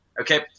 okay